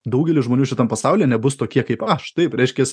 daugelis žmonių šitam pasaulyje nebus tokie kaip aš taip reiškias